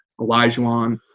Elijah